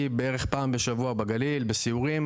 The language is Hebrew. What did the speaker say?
היא בערך פעם בשבוע בגליל בסיורים,